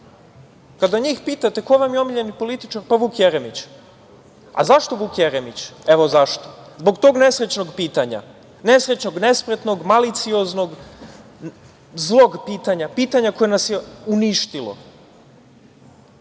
njih pitate ko vam je omiljeni političar? Pa Vuk Jeremić. Zašto Vuk Jeremić? Evo zašto. Zbog tog nesrećnog pitanja, nesrećnog, nespretnog, malicioznog, zlog pitanja, pitanja koje nas je uništilo.